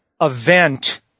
event